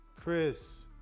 Chris